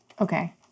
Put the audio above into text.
Okay